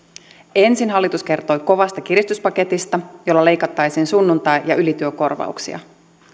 ensin hallitus kertoi kovasta kiristyspaketista jolla leikattaisiin sunnuntai ja ylityökorvauksia